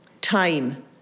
time